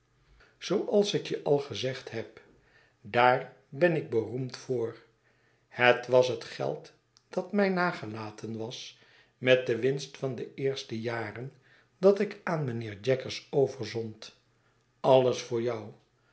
misvatting je al gezegd heb daar ben ik beroemd voor het was het geld dat mij nagelaten was met de winst van de eerste jaren dat ikaan mijnheer jaggers overzond alles voor jou